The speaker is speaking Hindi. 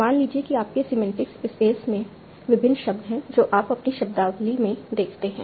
मान लीजिए कि आपके सीमेन्टिक्स स्पेस में विभिन्न शब्द हैं जो आप अपनी शब्दावली में देखते हैं